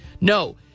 No